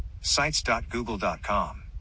Sites.google.com